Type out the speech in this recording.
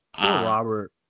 robert